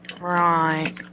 right